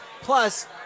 Plus